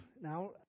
now